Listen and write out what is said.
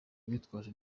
bitwaje